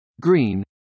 green